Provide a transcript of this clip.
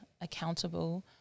accountable